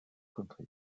country